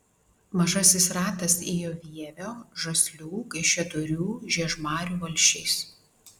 mažasis ratas ėjo vievio žaslių kaišiadorių žiežmarių valsčiais